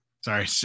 Sorry